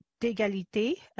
d'égalité